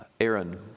Aaron